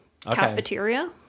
Cafeteria